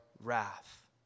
wrath